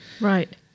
Right